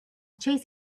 chase